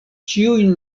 ĉiujn